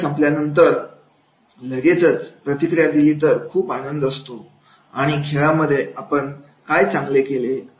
खेळ संपल्यानंतर लगेच प्रतिक्रिया दिली तर खूप आनंद होत असतो आणि खेळामध्ये आपण काय चांगले केले